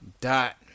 Dot